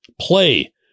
play